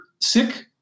sick